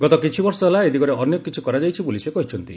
ଗତ କିଛିବର୍ଷ ହେଲା ଏ ଦିଗରେ ଅନେକ କିଛି କରାଯାଇଛି ବୋଲି ସେ କହିଛନ୍ତି